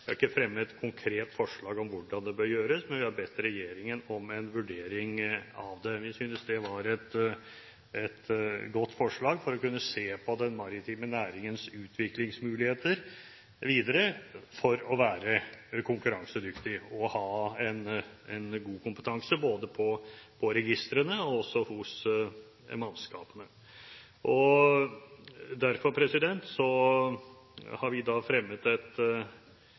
har ikke fremmet et konkret forslag om hvordan det bør gjøres, men vi har bedt regjeringen om en vurdering av det. Vi synes det var et godt forslag for å kunne se på den maritime næringens utviklingsmuligheter videre for å være konkurransedyktig og ha en god kompetanse både når det gjelder registrene og hos mannskapene. Derfor har vi fremmet et